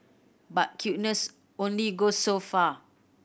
but cuteness only goes so far